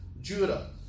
Judah